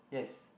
yes